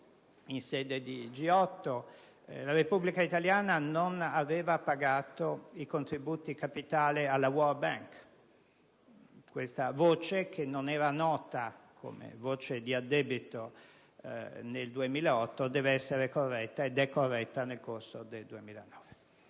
in sede di G8, la Repubblica italiana non aveva pagato i contributi capitali alla *World Bank*; questa voce, che non era nota come voce di addebito nel 2008, deve essere corretta, ed è corretta nel corso del 2009.